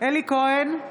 אלי כהן,